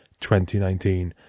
2019